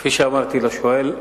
כפי שאמרתי לשואל,